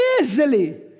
easily